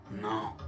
No